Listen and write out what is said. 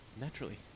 Naturally